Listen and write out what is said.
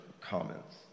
comments